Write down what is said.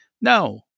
No